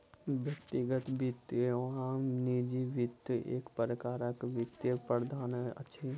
व्यक्तिगत वित्त वा निजी वित्त एक प्रकारक वित्तीय प्रबंधन अछि